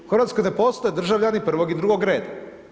U Hrvatskoj ne postoje državljani, prvog i drugog reda.